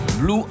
Blue